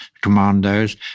commandos